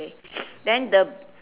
okay then the